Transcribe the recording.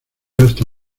hasta